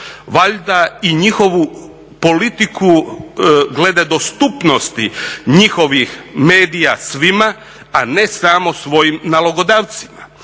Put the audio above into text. Valjda i njihovu politiku glede dostupnosti njihovih medija svima a ne samo svojim nalogodavcima.